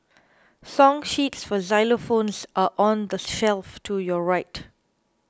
song sheets for xylophones are on the shelf to your right